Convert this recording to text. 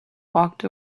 walked